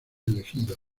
elegido